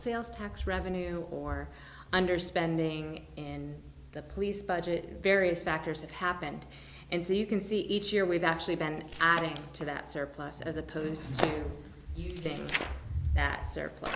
sales tax revenue or underspending in the police budget and various factors have happened and so you can see each year we've actually been adding to that surplus as opposed to things that surplus